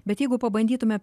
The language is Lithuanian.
bet jeigu pabandytume